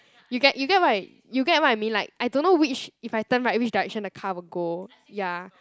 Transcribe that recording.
you get you get what I you get what I mean like I don't know which if I turn right which direction the car will go ya